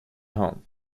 home